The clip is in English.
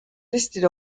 listed